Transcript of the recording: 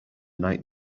night